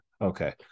Okay